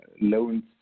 loans